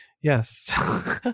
Yes